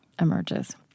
Emerges